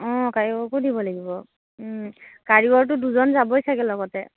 অঁ কাৰিকৰকো দিব লাগিব কাৰিকৰকটো দুজন যাবই চাগে লগতে